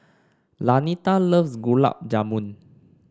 Lanita loves Gulab Jamun